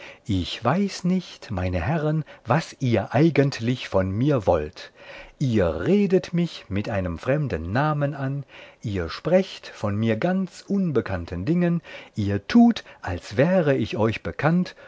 ich weiß nicht meine herren was ihr eigentlich von mir wollt ihr redet mich mit einem fremden namen an ihr sprecht von mir ganz unbekannten dingen ihr tut als wäre ich euch bekannt